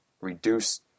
reduce